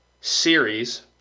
series